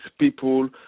people